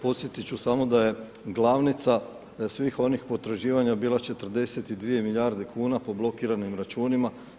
Podsjetit ću samo da je glavnica svih onih potraživanja bila 42 milijarde kuna po blokiranim računima.